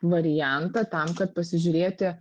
variantą tam kad pasižiūrėti